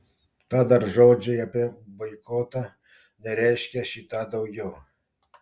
tad ar žodžiai apie boikotą nereiškia šį tą daugiau